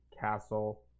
castle